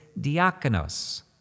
diakonos